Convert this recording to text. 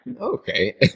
okay